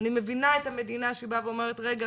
אני מבינה את המדינה שבאה ואומרת רגע,